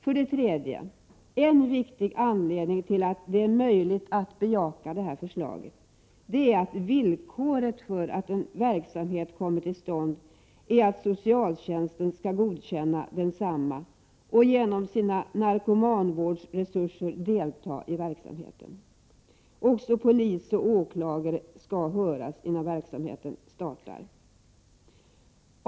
För det tredje är en viktig anledning till att det är möjligt att bejaka 15 förslaget, att villkoret för att en verksamhet kommer till stånd är att socialtjänsten skall godkänna densamma och genom sina narkomanvårdsresurser delta i verksamheten. Också polis och åklagare skall höras innan verksamheten startar.